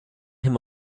him